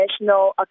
national